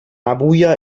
abuja